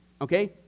okay